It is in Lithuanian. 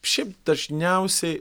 šiaip dažniausiai